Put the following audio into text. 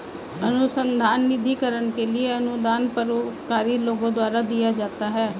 अनुसंधान निधिकरण के लिए अनुदान परोपकारी लोगों द्वारा दिया जाता है